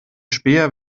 späher